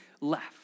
left